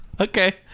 Okay